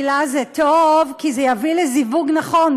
כי זה יביא לזיווג נכון.